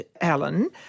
Alan